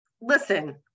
listen